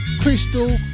Crystal